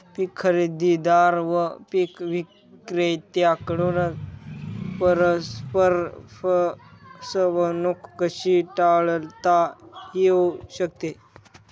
पीक खरेदीदार व पीक विक्रेत्यांकडून परस्पर फसवणूक कशी टाळता येऊ शकते?